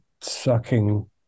sucking